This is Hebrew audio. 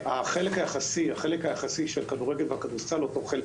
החלק היחסי של הכדורגל והכדורסל הוא אותו חלק,